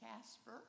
Casper